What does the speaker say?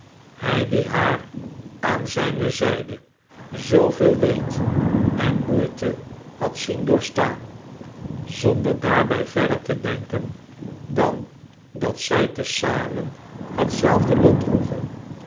hij die haar aan zijne zijde zooveel leed en moeite had zien doorstaan zonder daarbij verder te denken dan dat zij te zamen hetzelfde lot droegen